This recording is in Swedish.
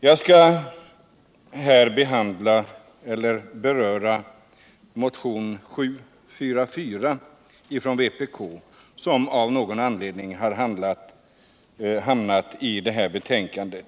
Jag skall här beröra motion nr 744 från vpk, som av någon anledning har hamnat i det här betänkandet.